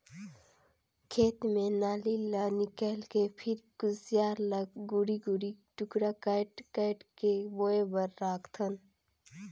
खेत म नाली ले निकायल के फिर खुसियार ल दूढ़ी दूढ़ी टुकड़ा कायट कायट के बोए बर राखथन